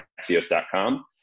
Axios.com